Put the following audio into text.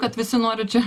kad visi nori čia